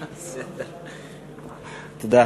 תודה.